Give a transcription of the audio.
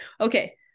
Okay